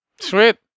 Sweet